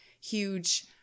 huge